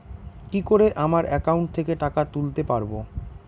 কি করে আমার একাউন্ট থেকে টাকা তুলতে পারব?